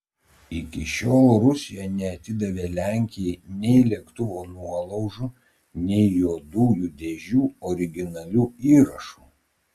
iki šiol rusija neatidavė lenkijai nei lėktuvo nuolaužų nei juodųjų dėžių originalių įrašų